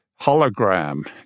hologram